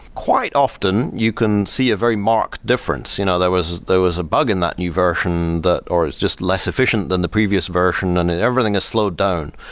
quite often, you can see a very marked difference. you know there was there was a bug in that new version or it's just less efficient than the previous version and everything has slowed down,